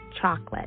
chocolate